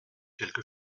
quelque